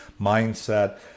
mindset